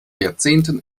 jahrzehnten